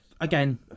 again